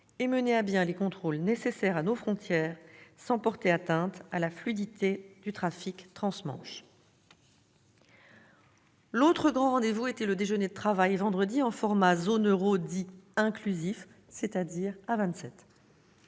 et mener à bien les contrôles nécessaires à nos frontières, sans porter atteinte à la fluidité du trafic transmanche. L'autre grand rendez-vous était le déjeuner de travail, vendredi, en format sommet zone euro dit « inclusif », c'est-à-dire à